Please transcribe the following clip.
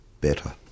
better